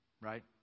Right